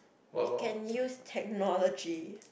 we can use technologies